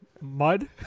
mud